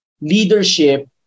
leadership